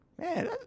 Man